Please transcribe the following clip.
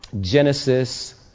Genesis